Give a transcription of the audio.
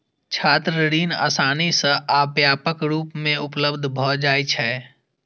छात्र ऋण आसानी सं आ व्यापक रूप मे उपलब्ध भए जाइ छै